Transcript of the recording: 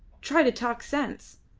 try to talk sense.